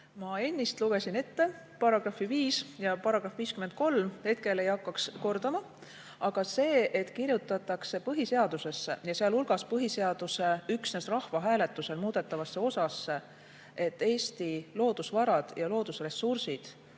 Ma ennist lugesin ette § 5 ja § 53, hetkel ei hakkaks seda kordama. Aga see, et kirjutatakse põhiseadusesse ja sealhulgas põhiseaduse üksnes rahvahääletusel muudetavasse osasse, et Eesti loodusvarad ja loodusressursid